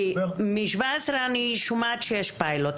מ-2017 אני שומעת שיש פיילוט.